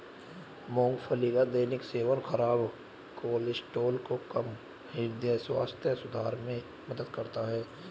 मूंगफली का दैनिक सेवन खराब कोलेस्ट्रॉल को कम, हृदय स्वास्थ्य सुधार में मदद करता है